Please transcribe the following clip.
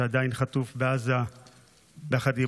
שעדיין חטוף בעזה יחד עם